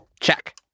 Check